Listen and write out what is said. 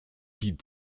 die